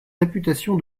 réputation